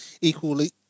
equally